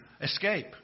escape